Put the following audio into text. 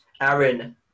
Aaron